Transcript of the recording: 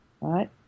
right